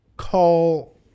call